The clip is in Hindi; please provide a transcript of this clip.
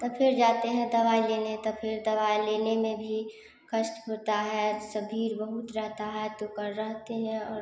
तो फिर जाते हैं दवाई लेने तो फिर दवाई लेने में भी कष्ट होता है भीड़ बहुत रहता है तो कर रहते हैं और